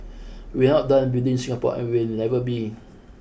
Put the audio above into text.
we are not done building Singapore and we will never be